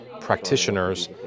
practitioners